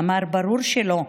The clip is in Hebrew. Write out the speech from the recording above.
הוא אמר: ברור שלא.